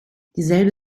dieselbe